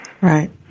Right